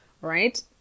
right